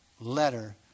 letter